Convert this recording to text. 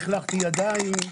לכלכתי ידיים,